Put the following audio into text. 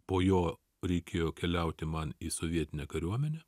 po jo reikėjo keliauti man į sovietinę kariuomenę